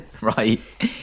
right